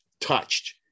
touched